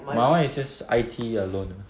my [one] is just I_T alone uh